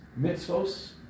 Mitzvos